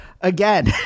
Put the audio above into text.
again